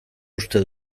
uste